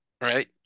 right